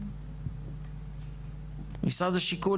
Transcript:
משרד השיכון,